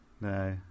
no